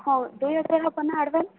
ହଉ ଦୁଇ ହଜାର ହେବ ନା ଆଡ଼୍ଭାନ୍ସ